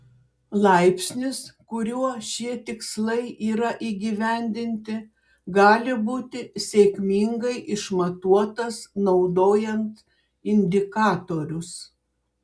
laipsnis kuriuo šie tikslai yra įgyvendinti gali būti sėkmingai išmatuotas naudojant indikatorius